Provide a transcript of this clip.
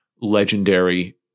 legendary